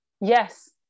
Yes